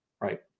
Right